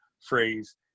phrase